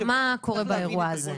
מה קורה באירוע הזה?